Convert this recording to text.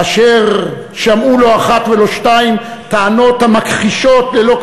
ואשר שמעו לא אחת ולא שתיים טענות המכחישות ללא